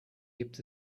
gibt